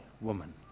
woman